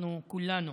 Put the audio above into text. אנחנו כולנו